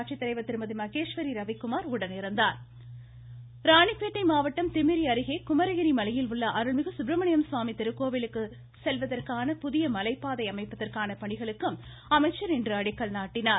சேவூர் ராமச்சந்திரன் தொடர்ச்சி ராணிப்பேட்டை மாவட்டம் திமிறி அருகே குமரகிரி மலையில் உள்ள அருள்மிகு சுப்பரமணியம் சுவாமி திருக்கோவிலுக்கு செல்வதற்கான புதிய மலைப்பாதை அமைப்பதற்கான பணிகளுக்கும் அமைச்சர் இன்று அடிக்கல் நாட்டினார்